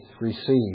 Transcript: receive